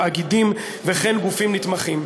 תאגידים וכן גופים נתמכים.